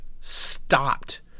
stopped